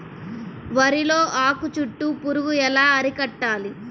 వరిలో ఆకు చుట్టూ పురుగు ఎలా అరికట్టాలి?